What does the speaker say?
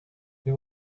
they